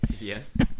Yes